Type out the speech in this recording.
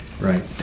Right